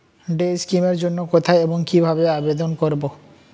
Day scheme এর জন্য কোথায় এবং কিভাবে আবেদন করব?